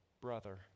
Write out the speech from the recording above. Brother